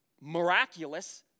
miraculous